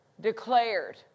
declared